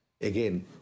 again